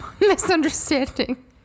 misunderstanding